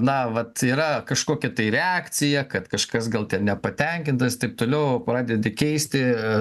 na vat yra kažkokia tai reakcija kad kažkas gal nepatenkintas taip toliau pradedi keisti